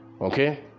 Okay